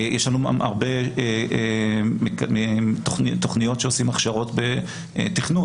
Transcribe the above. יש לנו הרבה תכניות שעושים הכשרות בתכנות.